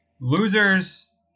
Losers